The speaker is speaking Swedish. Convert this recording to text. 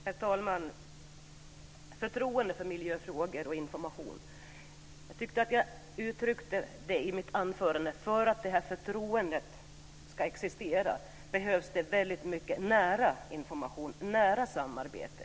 Herr talman! Vad gäller förtroende för miljöinformation sade jag i mitt anförande att för att ett sådant förtroende ska uppkomma behövs det väldigt mycket av nära information och nära samarbete.